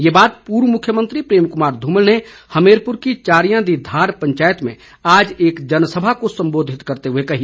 ये बात पूर्व मुख्यमंत्री प्रेम कुमार ध्रमल ने हमीरपुर की चारियां दी धार पंचायत में आज एक जनसभा को संबोधित करते हुए कही